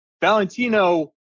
Valentino